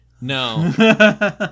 No